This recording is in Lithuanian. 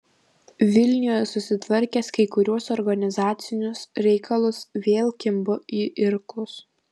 vilniuje susitvarkęs kai kuriuos organizacinius reikalus vėl kimbu į irklus